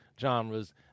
genres